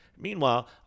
Meanwhile